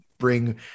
Bring